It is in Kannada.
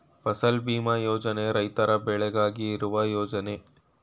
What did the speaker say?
ಫಸಲ್ ಭೀಮಾ ಯೋಜನೆ ರೈತರ ಬೆಳೆಗಾಗಿ ಇರುವ ಯೋಜನೆ